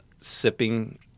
sipping